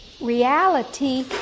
reality